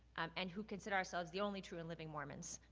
um and who consider ourselves the only true and living mormons,